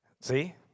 See